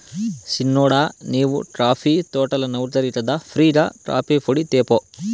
సిన్నోడా నీవు కాఫీ తోటల నౌకరి కదా ఫ్రీ గా కాఫీపొడి తేపో